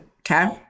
Okay